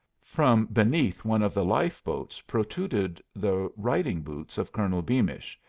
from beneath one of the life-boats protruded the riding-boots of colonel beamish,